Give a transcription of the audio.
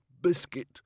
biscuit